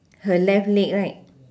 her left leg right